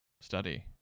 study